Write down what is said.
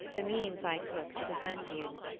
the means i took to defend you?